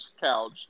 couch